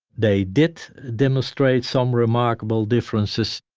they did demonstrate some remarkable differences,